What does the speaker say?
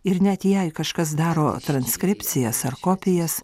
ir net jei kažkas daro transkripcijas ar kopijas